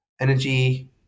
energy